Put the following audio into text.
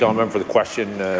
um um for the question.